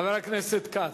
חבר הכנסת כץ,